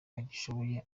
agishoboye